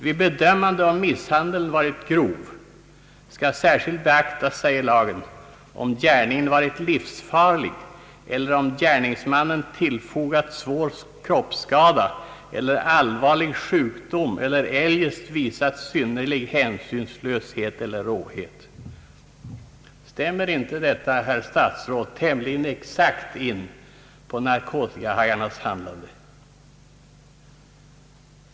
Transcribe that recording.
Vid bedömandet om misshandeln varit grov skall särskilt beaktas, säger lagen, om gärningen varit livsfarlig eller om gärningsmannen tillfogat någon svår kroppsskada eller allvarlig sjukdom eller eljest visat synnerlig hänsynslöshet eller hårdhet. Stämmer inte detta, herr statsråd, tämligen exakt in på narkotikahajarnas handlande?